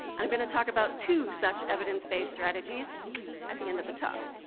i'm going to talk about two such evidence-based strategies at the end of the talk.